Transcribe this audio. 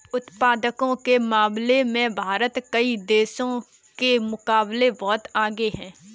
उत्पादकता के मामले में भारत कई देशों के मुकाबले बहुत आगे है